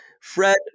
Fred